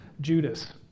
Judas